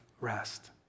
rest